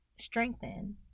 strengthen